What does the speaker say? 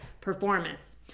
performance